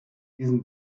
diesen